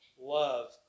love